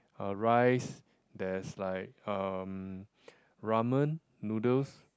uh rice there's like um ramen noodles